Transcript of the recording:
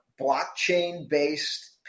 blockchain-based